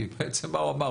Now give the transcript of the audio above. כי בעצם מה הוא אמר?